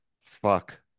Fuck